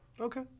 Okay